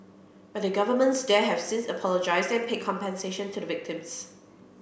but the governments there have since apologised and paid compensation to the victims